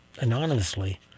anonymously